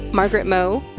margaret mo,